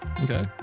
Okay